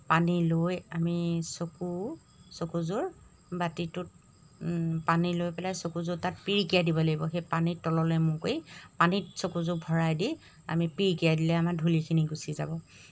পানী লৈ আমি চকু চকুযোৰ বাতিটোত পানী লৈ পেলাই চকুযোৰ তাত পিৰিকিয়াই দিব লাগিব সেই পানীত তললৈ মূৰ কৰি পানীত চকুযোৰ ভৰাই দি আমি পিৰিকিয়াই দিলে আমাৰ ধূলিখিনি গুচি যাব